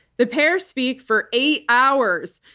the pair speak for eight hours.